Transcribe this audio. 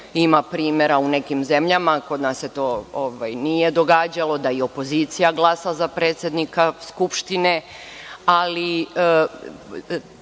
Ima primera u nekim zemljama, kod nas se to nije događalo, da i opozicija glasa za predsednika Skupštine. Ali,